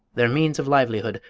their means of livelihood,